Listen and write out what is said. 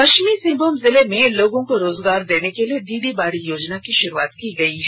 पश्चिमी सिंहभूम जिले में लोगों को रोजगार देने के लिए दीदी बाड़ी योजना की शुरुआत की गई है